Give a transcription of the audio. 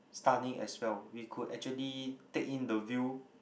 stunning as well we could actually take in the view